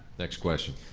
next question.